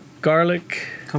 Garlic